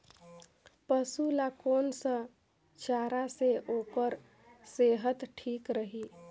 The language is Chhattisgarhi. पशु ला कोन स चारा से ओकर सेहत ठीक रही?